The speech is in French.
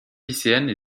lycéenne